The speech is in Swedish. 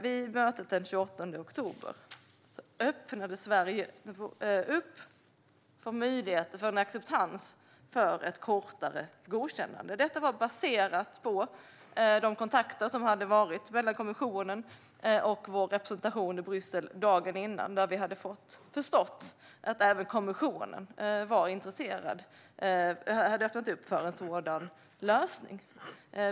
Vid mötet den 28 oktober öppnade Sverige upp för en acceptans för ett kortare godkännande. Detta var baserat på de kontakter som hade varit mellan kommissionen och vår representation i Bryssel dagen innan, då vi hade förstått att även kommissionen hade öppnat upp för en sådan lösning.